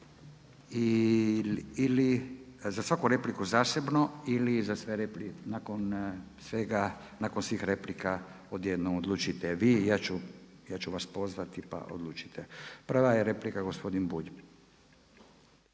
ili za svaku repliku zasebno ili za sve replike, nakon svega, nakon svih replika odjednom, odlučite vi. Ja ću vas pozvati pa odlučite. Prva je replika gospodin Bulj.